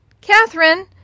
Catherine